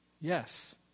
Yes